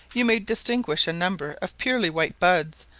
you may distinguish a number of purely white buds,